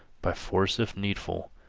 by force if needful,